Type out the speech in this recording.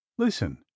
Listen